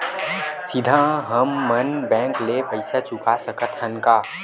सीधा हम मन बैंक ले पईसा चुका सकत हन का?